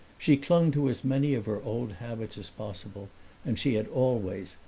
she clung to as many of her old habits as possible and she had always,